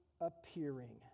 appearing